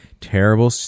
terrible